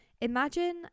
imagine